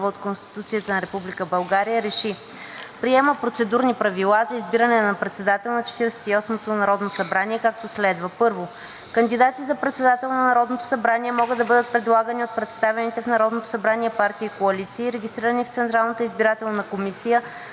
от Конституцията на Република България РЕШИ: Приема процедурни правила за избиране на председател на Четиридесет и осмото народно събрание, както следва: 1. Кандидати за председател на Народното събрание могат да бъдат предлагани от представените в Народното събрание партии и коалиции, регистрирани в Централната избирателна комисия